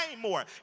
more